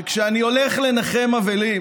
שכשאני הולך לנחם אבלים